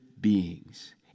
beings